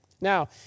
Now